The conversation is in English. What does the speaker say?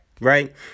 right